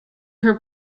her